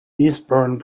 eastbourne